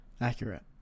Accurate